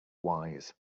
wise